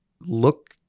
look